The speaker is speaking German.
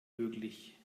möglich